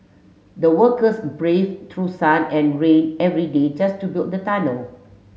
the workers braved through sun and rain every day just to build the tunnel